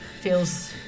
feels